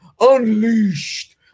unleashed